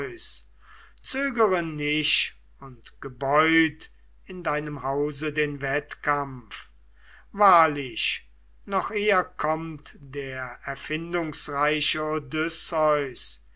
zögere nicht und gebeut in deinem hause den wettkampf wahrlich noch eher kommt der erfindungsreiche